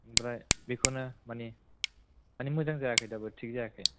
ओमफ्राय बेखौनो माने माने मोजां जायाखै दाबो थिग जायाखै